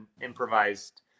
improvised